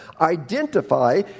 identify